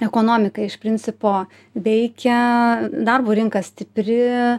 ekonomika iš principo veikia darbo rinka stipri